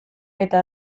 eta